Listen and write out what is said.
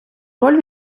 роль